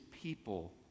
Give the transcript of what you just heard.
people